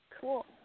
Cool